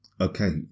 Okay